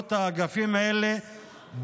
באמצעות האגפים האלה,